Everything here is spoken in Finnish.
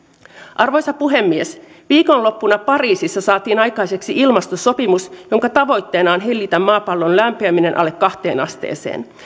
arvoisa puhemies viikonloppuna pariisissa saatiin aikaan ilmastosopimus jonka tavoitteena on hillitä maapallon lämpiäminen alle kahteen asteeseen